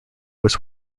was